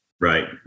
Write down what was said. Right